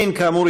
כאמור,